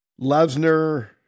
Lesnar